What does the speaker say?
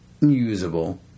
usable